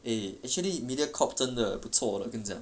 eh actually mediacorp 真的不错的跟你讲